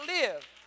live